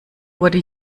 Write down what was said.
wurde